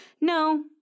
no